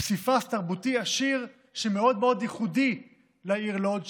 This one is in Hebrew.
פסיפס תרבותי עשיר שמאוד מאוד ייחודי לעיר לוד,